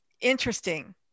Interesting